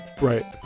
Right